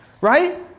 right